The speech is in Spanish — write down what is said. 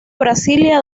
brasilia